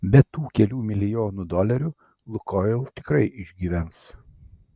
be tų kelių milijonų dolerių lukoil tikrai išgyvens